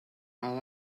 are